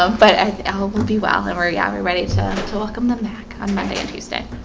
um but i hope we'll be well then. we're yeah, we're ready to to welcome the mack on monday and tuesday